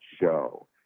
show